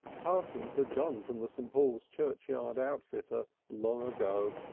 parsons had gone from the st. paul's churchyard outfitter's long ago,